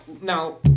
now